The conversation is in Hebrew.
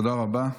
תודה רבה.